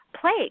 plague